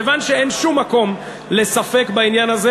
כיוון שאין שום מקום לספק בעניין הזה,